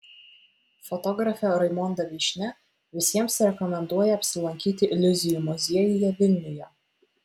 fotografė raimonda vyšnia visiems rekomenduoja apsilankyti iliuzijų muziejuje vilniuje